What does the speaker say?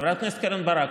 חברת הכנסת קרן ברק,